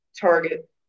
target